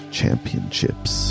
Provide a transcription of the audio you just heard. championships